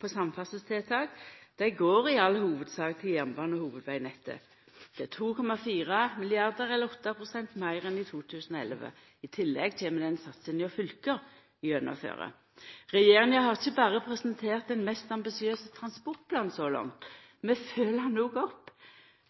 på samferdselstiltak. Dei går i all hovudsak til jernbane- og hovudvegnettet. Dette er 2,4 mrd. kr, eller 8 pst., meir enn i 2011. I tillegg kjem den satsinga fylka gjennomfører. Regjeringa har ikkje berre presentert den mest ambisiøse transportplanen så langt. Vi følgjer han også opp.